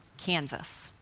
kansas.